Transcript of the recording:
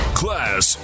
class